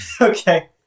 Okay